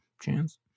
chance